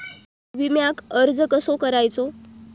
विम्याक अर्ज कसो करायचो?